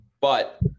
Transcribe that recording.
but-